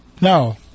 No